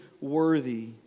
worthy